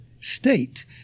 state